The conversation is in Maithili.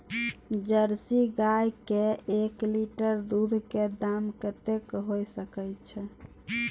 जर्सी गाय के एक लीटर दूध के दाम कतेक होय सके छै?